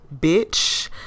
Bitch